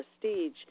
prestige